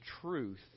truth